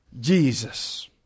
Jesus